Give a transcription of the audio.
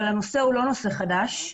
אבל הנושא הוא לא נושא חדש.